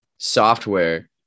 Software